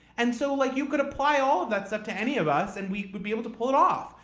and so like you could apply all that stuff to any of us and we would be able to pull it off.